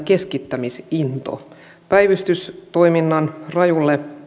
keskittämisinto päivystystoiminnan rajulle